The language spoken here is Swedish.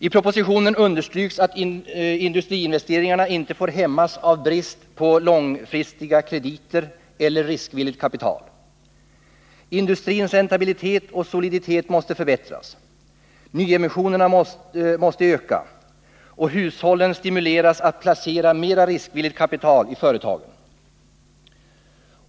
I propositionen understryks att industriinvesteringarna inte får hämmas av brist på långfristiga krediter eller riskvilligt kapital. Industrins räntabilitet och soliditet måste förbättras. Nyemissionerna måste öka och hushållen stimuleras att placera mera riskvilligt kapital i företagen.